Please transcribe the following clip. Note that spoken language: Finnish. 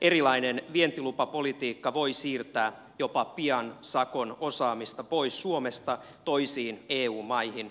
erilainen vientilupapolitiikka voi siirtää jopa pian sakon osaamista pois suomesta toisiin eu maihin